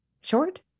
short